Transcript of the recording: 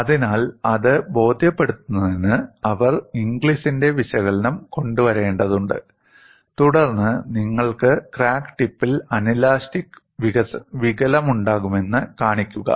അതിനാൽ അത് ബോധ്യപ്പെടുത്തുന്നതിന് അവർ ഇംഗ്ലിസിന്റെ വിശകലനം കൊണ്ടുവരേണ്ടതുണ്ട് തുടർന്ന് നിങ്ങൾക്ക് ക്രാക്ക് ടിപ്പിൽ അനലാസ്റ്റിക് വികലമുണ്ടാകുമെന്ന് കാണിക്കുക